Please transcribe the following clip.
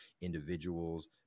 individuals